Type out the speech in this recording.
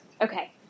Okay